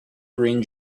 green